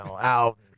out